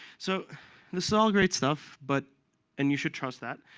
so this is all great stuff, but and you should trust that,